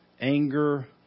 Anger